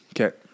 Okay